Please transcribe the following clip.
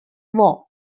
war